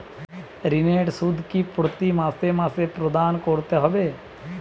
ঋণের সুদ কি প্রতি মাসে মাসে প্রদান করতে হবে?